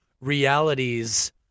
realities